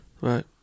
Right